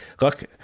look